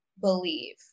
believe